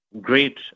great